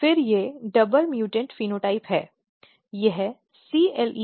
फिर ये double mutant phenotype हैं